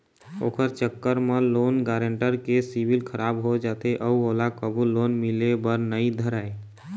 ओखर चक्कर म लोन गारेंटर के सिविल खराब हो जाथे अउ ओला कभू लोन मिले बर नइ धरय